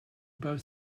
both